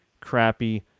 crappy